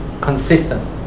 consistent